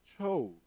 chose